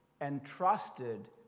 entrusted